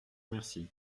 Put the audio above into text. remercie